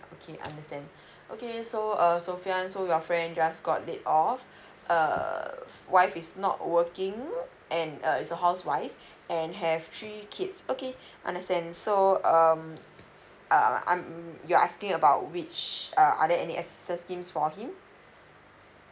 okay understand okay so err sophian so your friend just got laid off err f~ wife is not working and uh is a housewife and have three kids okay understand so um uh I'm you're asking about which uh are there any assistance schemes for him